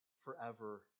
forever